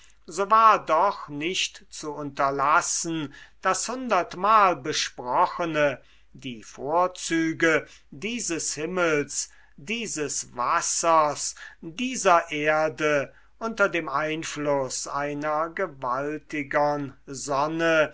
so war doch nicht zu unterlassen das hundertmal besprochene die vorzüge dieses himmels dieses wassers dieser erde unter dem einfluß einer gewaltigern sonne